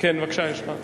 ההצעה לסדר-היום